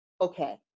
Okay